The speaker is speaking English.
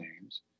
names